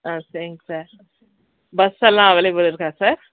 ஆ சரிங் சார் பஸ்ஸெல்லாம் அவைளபில் இருக்கா சார்